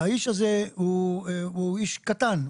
האיש הזה הוא איש קטן.